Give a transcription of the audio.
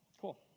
Cool